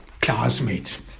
classmates